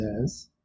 says